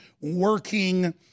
working